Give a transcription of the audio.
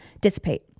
dissipate